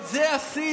את זה עשינו.